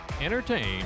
entertain